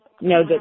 No